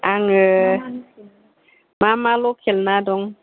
आङो मा मा लकेल ना दं